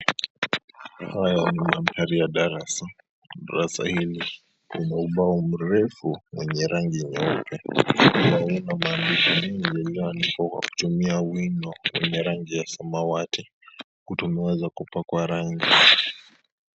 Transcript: Haya ni mandhari ya darasa. Darasa hili lina ubao mrefu wenye rangi ya nyeupe. Ubao una maandishi mengi ulioandikwa kwa kutumia wino ya rangi ya samawati. Ukuta umeweza kupakwa rangi.